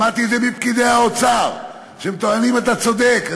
שמעתי את זה מפקידי האוצר, שטוענים: אתה צודק.